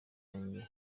yanjye